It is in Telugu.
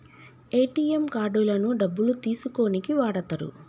ఏటీఎం కార్డులను డబ్బులు తీసుకోనీకి వాడతరు